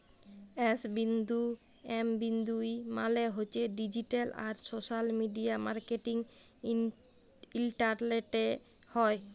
S বিন্দু M বিন্দু E মালে হছে ডিজিট্যাল আর সশ্যাল মিডিয়া মার্কেটিং ইলটারলেটে হ্যয়